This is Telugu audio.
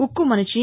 ఉక్కు మనిషి